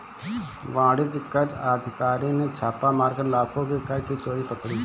वाणिज्य कर अधिकारी ने छापा मारकर लाखों की कर की चोरी पकड़ी